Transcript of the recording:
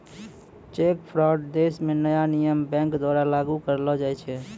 cheque fraud देश म नया नियम बैंक द्वारा लागू करलो जाय छै